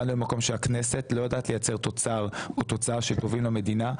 הגענו למקום שהכנסת לא יודעת לייצר תוצר או תוצאה שטובים למדינה,